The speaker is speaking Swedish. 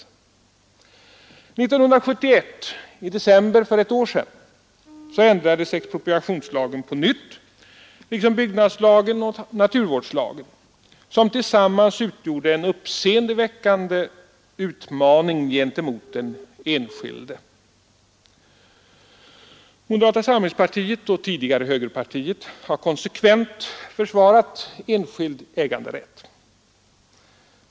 1971 — i december för ett år sedan — ändrades expropriationslagen på nytt liksom byggnadslagen och naturvårdslagen, vilket tillsammans utgjorde en uppseendeväckande utmaning gentemot den enskilde. Moderata samlingspartiet och tidigare högerpartiet har konsekvent försvarat den enskilda äganderätten.